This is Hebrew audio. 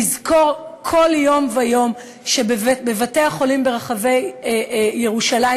לזכור כל יום ויום שבבתי-החולים ברחבי ירושלים